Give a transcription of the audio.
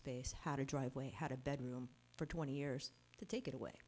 space how to driveway had a bedroom for twenty years to take it away